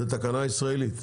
זאת תקנה ישראלית?